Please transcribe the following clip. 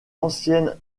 ancienne